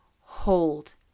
Hold